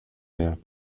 mehr